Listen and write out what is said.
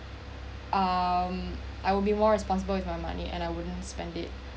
um I'll be more responsible with my money money and I wouldn't spend it